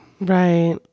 Right